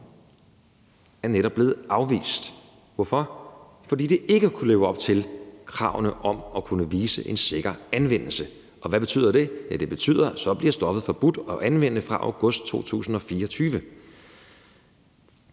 netop blevet afvist. Hvorfor? Fordidet ikke har kunnet leve op til kravene om at kunne vise en sikker anvendelse. Og hvad betyder det? Ja, det betyder, at så bliver stoffet forbudt at anvende fra august 2024.